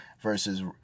versus